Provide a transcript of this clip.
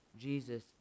Jesus